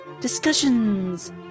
Discussions